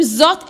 עם זאת,